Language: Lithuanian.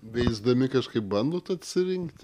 veisdami kažkaip bandot atsirinkt